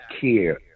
care